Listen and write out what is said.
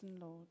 Lord